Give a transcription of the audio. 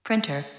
Printer